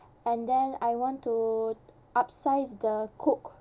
and then I want to upsize the coke